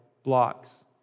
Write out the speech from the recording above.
blocks